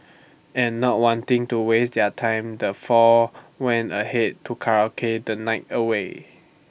and not wanting to waste their time the four went ahead to karaoke the night away